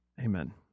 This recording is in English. Amen